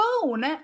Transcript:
phone